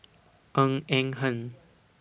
Ng Eng Hen